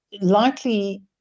likely